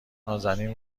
نازنین